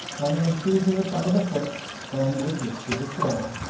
and then seizing it by the foot, swam with it to the shore.